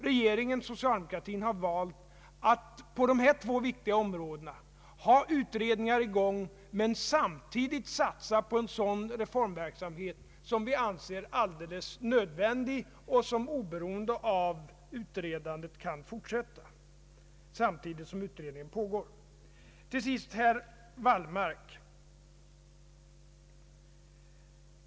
Regeringen och socialdemokratin har valt att på dessa två viktiga områden ha utredningar i gång men samtidigt satsa på en sådan reformverksamhet som vi anser alldeles nödvändig och som oberoende av utredandet kan fortsätta, samtidigt som utredning pågår. Till sist vill jag säga ett par ord till herr Wallmark.